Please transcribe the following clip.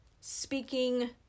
speaking